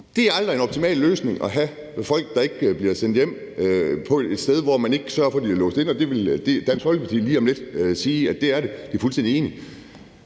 at det aldrig er en optimal løsning at have folk, der ikke bliver sendt hjem, på et sted, hvor man ikke sørger for, at de er låst inde? Det vil Dansk Folkeparti lige om lidt sige at det er. De er fuldstændig enige.